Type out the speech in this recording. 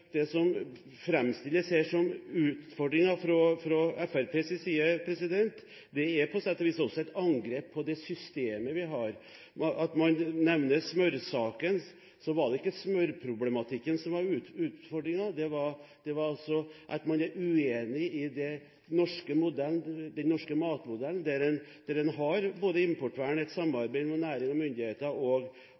utfordringer fra Fremskrittspartiets side, er på sett og vis også et angrep på det systemet vi har. Når man nevner smørsaken, så er det ikke smørproblematikken som er utfordringen, men at man er uenig i den norske matmodellen, der en har både importvern, et samarbeid mellom næring og myndigheter og